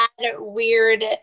weird